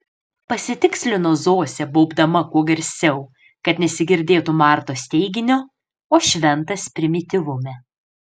pasitikslino zosė baubdama kuo garsiau kad nesigirdėtų martos teiginio o šventas primityvume